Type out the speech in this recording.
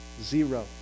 zero